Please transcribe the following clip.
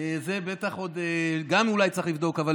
גם את זה בטח עוד אולי צריך לבדוק.